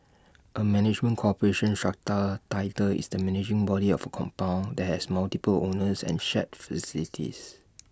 A management corporation strata title is the managing body of A compound that has multiple owners and shared facilities